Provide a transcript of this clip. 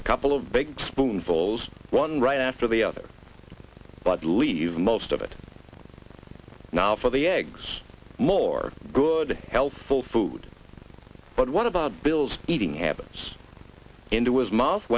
a couple of big spoonfuls one right after the other but leave most of it now for the eggs more good healthful food but one of the bill's eating habits into his mouth